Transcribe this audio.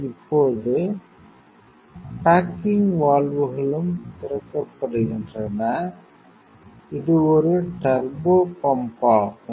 இப்போது பேக்கிங் வால்வுகளும் திறக்கப்படுகின்றன இது ஒரு டர்போபம்ப் ஆகும்